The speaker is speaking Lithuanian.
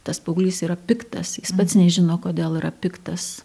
tas paauglys yra piktas jis pats nežino kodėl yra piktas